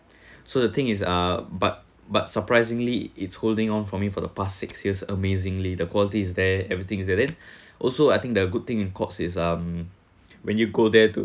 so the thing is uh but but surprisingly it's holding on for me for the past six years amazingly the quality's is there everything is there then also I think the good thing in Courts is um when you go there to